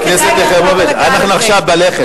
חברת הכנסת יחימוביץ, אנחנו עכשיו בלחם.